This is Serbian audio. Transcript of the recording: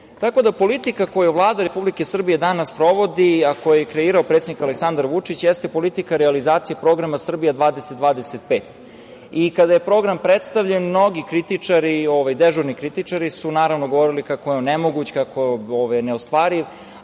Evropi. Politika koju Vlada Republike Srbije danas sprovodi a koju je kreirao predsednik Aleksandar Vučić jeste politika realizacije Programa „Srbija 20-25“. Kada je program predstavljen, mnogi dežurni kritičari su govori kako je on nemoguć, kako je neostvariv,